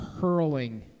hurling